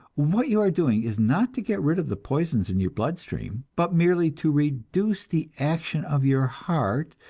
what you are doing is not to get rid of the poisons in your blood-stream, but merely to reduce the action of your heart,